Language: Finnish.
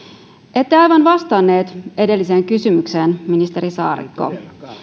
ette aivan vastannut edelliseen kysymykseen ministeri saarikko